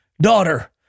daughter